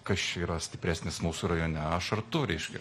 kas čia yra stipresnis mūsų rajone aš ar tu reiškia